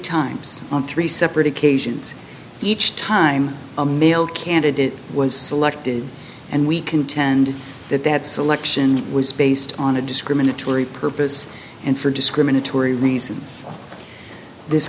times on three separate occasions each time a male candidate was selected and we contend that that selection was based on a discriminatory purpose and for discriminatory reasons this